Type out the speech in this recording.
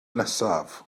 nesaf